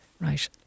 Right